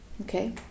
Okay